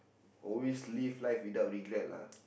always live life without regret lah